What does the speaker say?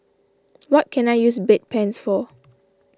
what can I use Bedpans for